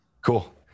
Cool